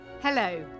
Hello